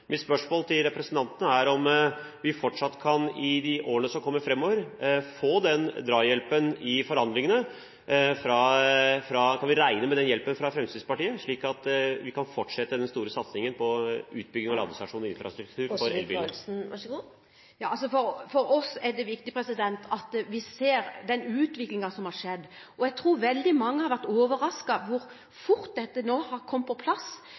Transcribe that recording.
Mitt spørsmål til representanten er om vi i årene som kommer, fortsatt kan få denne drahjelpen i forhandlingene. Kan vi regne med den hjelpen fra Fremskrittspartiet, slik at vi kan fortsette den store satsingen på utbygging av ladestasjoner og infrastruktur for elbiler? For oss er det viktig at vi ser den utviklingen som har skjedd, og jeg tror veldig mange har vært overrasket over hvor fort dette nå har kommet på plass,